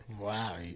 wow